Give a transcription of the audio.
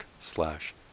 slash